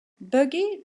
buggy